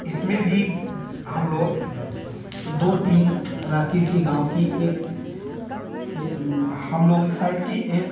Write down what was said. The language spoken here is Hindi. इसमें भी हम लोग दो टीम रहती थी गाँव की एक की हम लोग एक साइड की एक